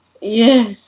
yes